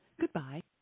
Goodbye